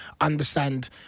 understand